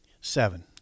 Seven